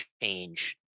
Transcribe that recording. change